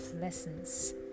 lessons